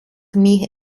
mich